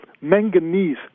manganese